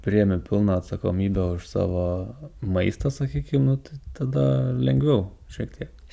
priėmi pilną atsakomybę už savo maistą sakykim nu tai tada lengviau šiek tiek